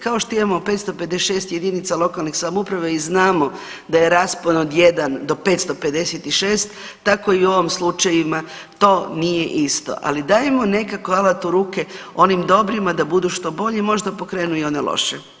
Kao što imamo 556 jedinica lokalne samouprave znamo da je raspon od 1 do 556 tako i u ovim slučajevima to nije isto, ali dajmo nekako alat u ruke onim dobrima da budu što bolji, možda pokrenu i one loše.